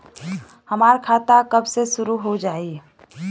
हमार खाता कब से शूरू हो जाई?